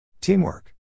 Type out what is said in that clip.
Teamwork